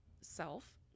self